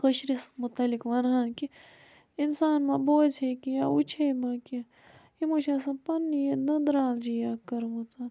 کٲشرِس متعلق وَنہِ ہان کیٚنٛہہ اِنسان ما بوزِ ہے کیٚنٛہہ یا وُچھِ ہے ما کیٚنٛہہ یِمو چھُ آسان پَننی یہِ دٔنٛدرال جیا کٔرمٕژ